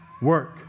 work